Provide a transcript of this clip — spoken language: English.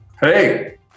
Hey